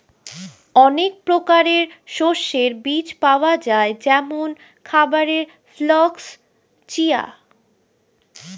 অনেক প্রকারের শস্যের বীজ পাওয়া যায় যেমন খাবারের ফ্লাক্স, চিয়া